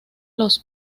los